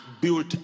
built